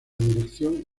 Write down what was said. dirección